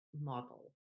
model